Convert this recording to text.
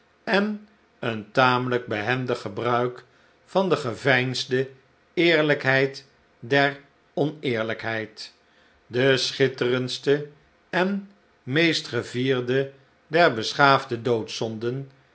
en een tamelijk behendig gebruik van de geveinsde eerlijkheid der oneerlijkheid de schitterendste en meest gevierde der beschaafde